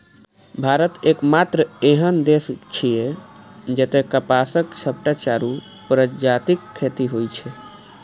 भारत एकमात्र एहन देश छियै, जतय कपासक सबटा चारू प्रजातिक खेती होइ छै